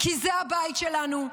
כי זה הבית שלנו,